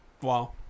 Wow